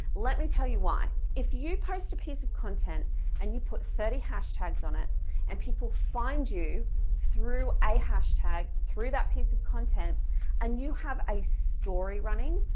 let me tell you why if you post a piece of content and you put thirty hashtags on it and people find you through a hashtag through that piece of content and you have a story running,